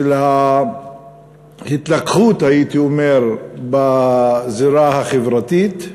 של ההתלקחות, הייתי אומר, בזירה החברתית,